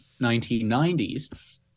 1990s